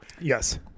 Yes